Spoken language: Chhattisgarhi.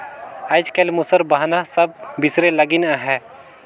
आएज काएल मूसर बहना सब बिसरे लगिन अहे